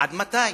עד מתי?